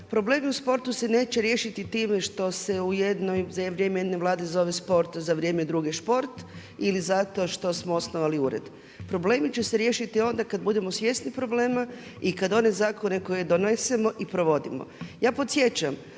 problemi u sportu se neće riješiti time što se za vrijeme jedne vlade zove sport, za vrijeme druge šport ili zato što smo osnovali ured. Problemi će se riješiti onda kada budemo svjesni problema i kada one zakone koje donesemo i provodimo. Ja podsjećam